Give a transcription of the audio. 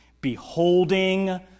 Beholding